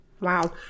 Wow